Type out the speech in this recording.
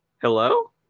Hello